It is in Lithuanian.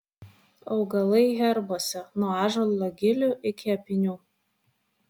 augalai herbuose nuo ąžuolo gilių iki apynių